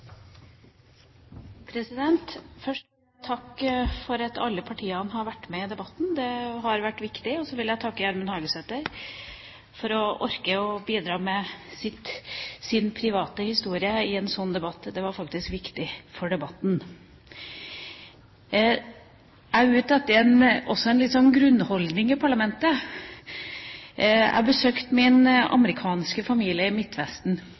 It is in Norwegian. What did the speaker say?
debatten. Først vil jeg takke for at alle partiene har vært med i debatten, det har vært viktig. Og så vil jeg takke Gjermund Hagesæter for å orke å bidra med sin private historie i en slik debatt; det var faktisk viktig for debatten. Jeg er ute etter en grunnholdning i parlamentet. Jeg besøkte min amerikanske familie i